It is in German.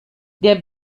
der